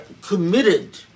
committed